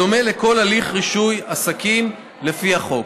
בדומה לכל הליך רישוי עסקים לפי החוק.